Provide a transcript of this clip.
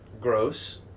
gross